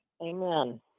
Amen